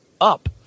up